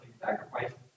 sacrifice